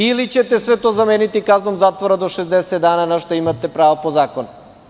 Ili ćete sve to zameniti kaznom zatvora do 60 dana, na šta imate pravo po zakonu.